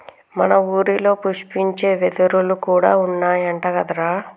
మన ఊరిలో పుష్పించే వెదురులు కూడా ఉన్నాయంట కదరా